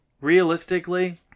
realistically